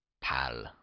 pal